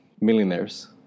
millionaires